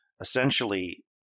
essentially